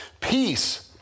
Peace